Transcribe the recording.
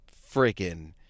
freaking